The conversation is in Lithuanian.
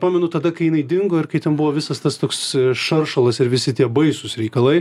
pamenu tada kai jinai dingo ir kai ten buvo visas tas toks šaršalas ir visi tie baisūs reikalai